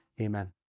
amen